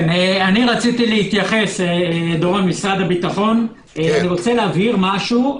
רציתי להתייחס דורון ממשרד הביטחון רוצה להבהיר משהו.